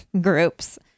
groups